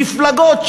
מפלגות,